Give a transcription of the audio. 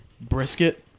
brisket